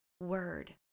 word